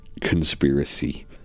conspiracy